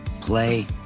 play